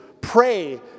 pray